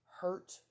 hurt